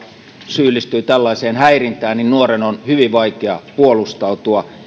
syyllistyy tällaiseen häirintään niin nuoren on hyvin vaikea puolustautua